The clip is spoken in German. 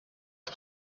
das